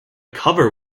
cover